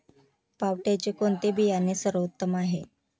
पावट्याचे कोणते बियाणे सर्वोत्तम आहे?